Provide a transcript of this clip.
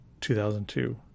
2002